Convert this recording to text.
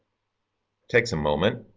takes a moment,